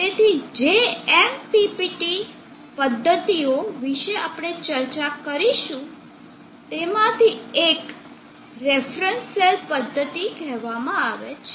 તેથી જે MPPT પદ્ધતિઓ વિશે આપણે ચર્ચા કરીશું તેમાંથી એક રેફરન્સ સેલ પદ્ધતિ કહેવામાં આવે છે